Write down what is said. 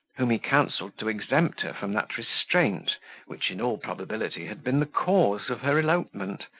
whom he counselled to exempt her from that restraint which in all probability had been the cause of her elopement,